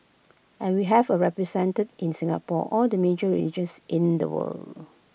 and we have A represented in Singapore all the major religions in the world